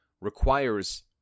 requires